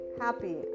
happy